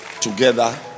together